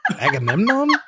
Agamemnon